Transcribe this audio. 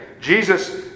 Jesus